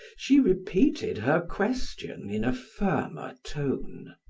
she repeated her question in a firmer tone.